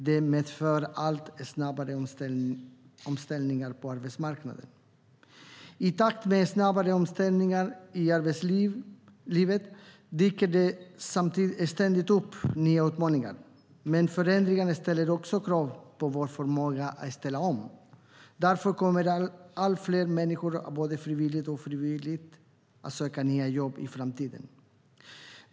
Det medför allt snabbare omställningar på arbetsmarknaden. I takt med snabbare omställningar i arbetslivet dyker det ständigt upp nya utmaningar. Men förändringarna ställer också krav på vår förmåga att ställa om. Därför kommer allt fler människor att både frivilligt och ofrivilligt behöva söka nya jobb i framtiden.